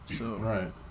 Right